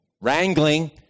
Wrangling